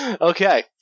Okay